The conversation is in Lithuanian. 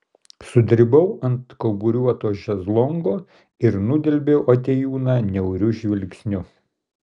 sudribau ant kauburiuoto šezlongo ir nudelbiau atėjūną niauriu žvilgsniu